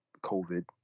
COVID